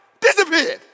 Disappeared